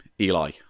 Eli